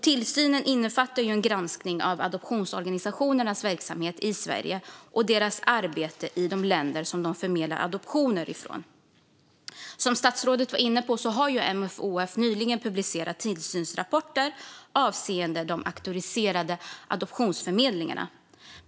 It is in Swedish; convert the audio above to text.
Tillsynen innefattar en granskning av adoptionsorganisationernas verksamhet i Sverige och deras arbete i de länder de förmedlar adoptioner från. Som statsrådet också var inne på har MFoF nyligen publicerat tillsynsrapporter avseende de auktoriserade adoptionsförmedlingarna.